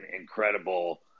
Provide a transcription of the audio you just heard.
incredible